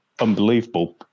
unbelievable